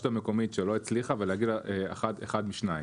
המקומית שלא הצליחה ולהגיד לה אחד משניים,